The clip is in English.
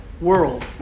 world